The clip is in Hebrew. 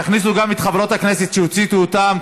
תכניסו גם את חברות הכנסת שהוצאתי אותן,